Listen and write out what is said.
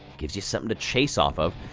gives you something to chase off of,